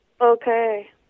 Okay